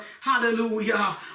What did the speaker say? hallelujah